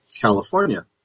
California